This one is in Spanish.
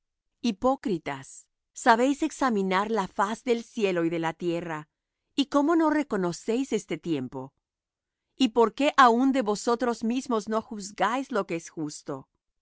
hipócritas sabéis examinar la faz del cielo y de la tierra y cómo no reconocéis este tiempo y por qué aun de vosotros mismos no juzgáis lo que es justo